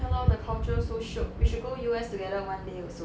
ya lor the culture so shiok we should go U_S together one day also